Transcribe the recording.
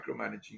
micromanaging